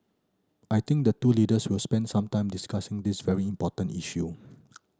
I think the two leaders will spend some time discussing this very important issue